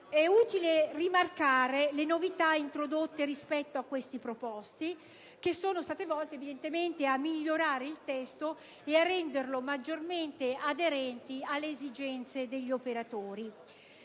È utile rimarcare le novità introdotte rispetto a tali proposte, volte a migliorare il testo e a renderlo maggiormente aderente alle esigenze degli operatori.